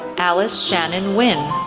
alice shannon win,